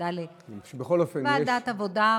ועדת העבודה,